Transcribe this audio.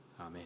Amen